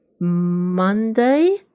Monday